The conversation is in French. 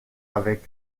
avec